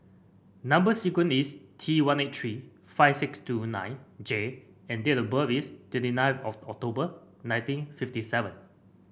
number sequence is T one eight three five six two nine J and date of birth is twenty nine of October nineteen fifty seven